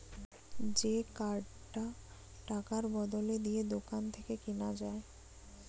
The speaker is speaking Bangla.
যে কার্ডটা টাকার বদলে দিলে দোকান থেকে কিনা যায়